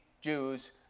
Jews